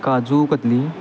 kaju katli